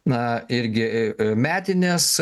na irgi metinės